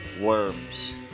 worms